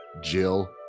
jill